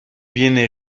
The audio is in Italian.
viene